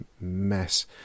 mess